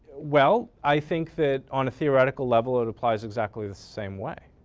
well, i think that on a theoretical level ah it applies exactly the same way.